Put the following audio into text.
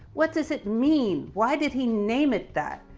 what does it mean? why did he name it that?